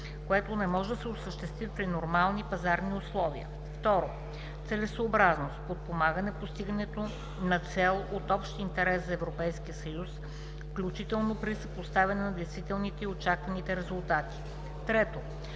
което не може да се осъществи при нормални пазарни условия; 2. целесъобразност – подпомагане постигането на цел от общ интерес за Европейския съюз, включително при съпоставяне на действителните и очакваните резултати; 3.